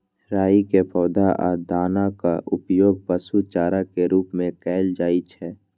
राइ के पौधा आ दानाक उपयोग पशु चारा के रूप मे कैल जाइ छै